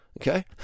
okay